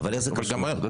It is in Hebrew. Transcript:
אבל איזו כשרות?